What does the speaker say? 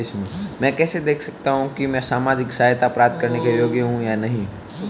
मैं कैसे देख सकता हूं कि मैं सामाजिक सहायता प्राप्त करने योग्य हूं या नहीं?